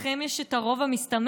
לכם יש את הרוב המסתמן?